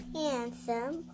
handsome